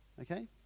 okay